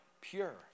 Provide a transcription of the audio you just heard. pure